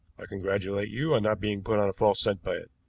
i congratulate you on not being put on a false scent by it.